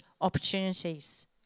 opportunities